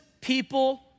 people